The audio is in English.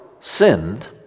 sinned